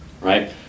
right